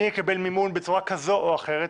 מי יקבל מימון בצורה כזו או אחרת,